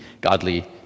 godly